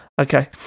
Okay